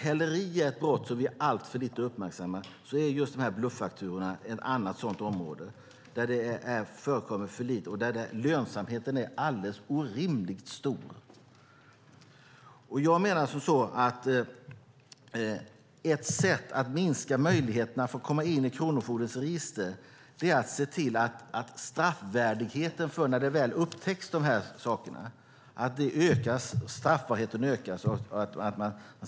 Häleri är ett brott som vi uppmärksammar alltför lite, och just bluffakturorna är ett annat sådant område där lönsamheten är orimligt stor. Jag menar att ett sätt att minska möjligheterna att komma in i kronofogdens register är att se till att straffbarheten ökar när de här sakerna väl upptäcks.